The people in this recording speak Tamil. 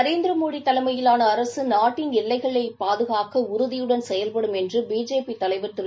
நரேந்திர மோடி தலைமையிலான அரசு நாட்டின் எல்லைகள் பாதுகாக்க உறுதியுடன் செயல்படும் என்று பிஜேபி தலைவர் திரு